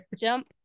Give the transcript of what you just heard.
Jump